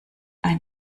ein